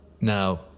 Now